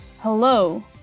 Hello